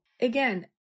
again